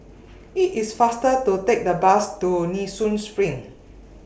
IT IS faster to Take The Bus to Nee Soon SPRING